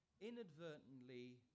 inadvertently